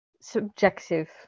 subjective